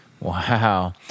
Wow